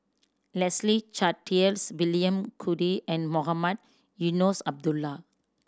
Leslie Charteris William Goode and Mohamed Eunos Abdullah